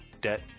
debt